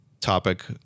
topic